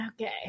Okay